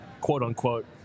quote-unquote